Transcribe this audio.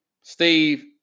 Steve